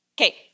Okay